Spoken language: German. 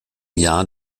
jahr